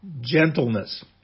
Gentleness